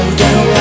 down